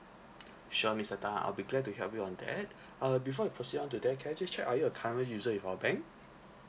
sure mister tan I'll be glad to help you on that err before we proceed on to that can I just check are you a current user with our bank